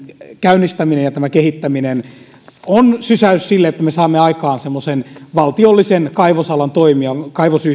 käynnistäminen ja kehittäminen ovat sysäys sille että me saamme aikaan valtiollisen kaivosalan toimijan